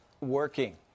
working